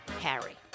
Harry